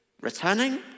Returning